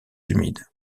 humides